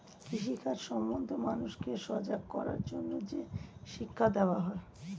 কৃষি কাজ সম্বন্ধে মানুষকে সজাগ করার জন্যে যে শিক্ষা দেওয়া হয়